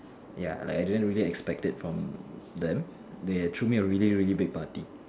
ya like I didn't really expected from them they threw me a really really big party